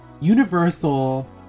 Universal